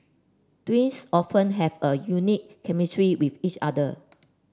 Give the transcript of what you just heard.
twins often have a unique chemistry with each other